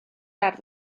ardd